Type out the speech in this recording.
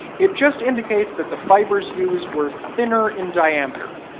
it just indicates that the fibers used were thinner in diameter.